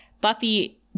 Buffy